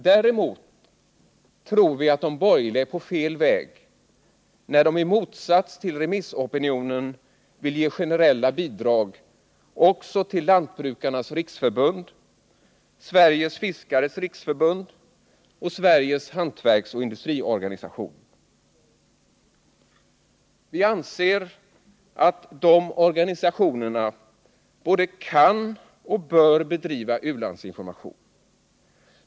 Däremot tror vi att de borgerliga är på fel väg när de i motsats till remissopinionen vill ge generella bidrag också till Lantbrukarnas riksförbund, Sveriges fiskares riksförbund och Sveriges hantverksoch industriorganisation. Vi anser att dessa organisationer både kan och bör bedriva u-landsinformation.